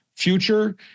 future